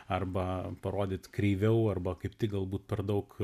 arba parodyti kreiviau arba kaip tik galbūt per daug